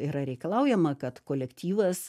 yra reikalaujama kad kolektyvas